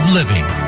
living